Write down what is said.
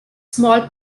small